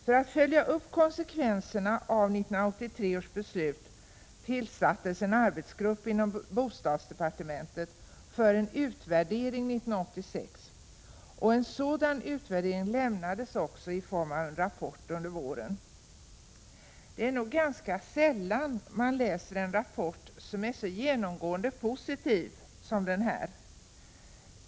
För att följa upp konsekvenserna av 1983 års beslut tillsattes en arbetsgrupp inom bostadsdepartementet för en utvärdering 1986. En sådan utvärdering lämnades också i form av en rapport under våren. Det är nog ganska sällan som man läser en rapport som är så genomgående positiv som denna.